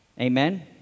Amen